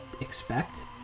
expect